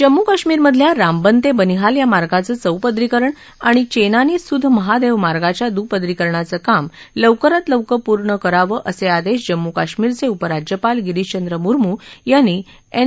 जम्मू कश्मीर मधल्या रामबन ते बनिहाल या मार्गाचं चौपदरीकरण आणि घेनानी सुधमहादेव मार्गाच्या दुपदरीकरणाचं काम लवकरात लवकर पूर्ण करावं असे आदेश जम्मू कश्मीर चे उपराज्यपाल गिरीश चंद्र मुर्तू यांनी एन